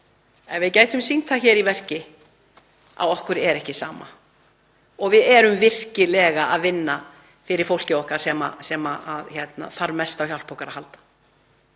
ef við gætum sýnt það í verki að okkur er ekki sama og við erum virkilega að vinna fyrir fólkið okkar sem þarf mest á hjálp okkar að halda?